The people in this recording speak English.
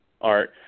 art